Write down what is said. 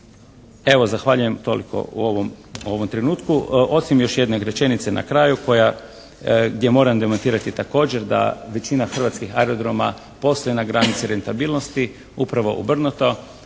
Evo zahvaljujem. Toliko u ovom trenutku, osim još jedne rečenice na kraju gdje moram demantirati također da većina hrvatskih aerodroma posluje na granici rentabilnosti. Upravo obrnuto.